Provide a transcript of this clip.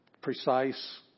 precise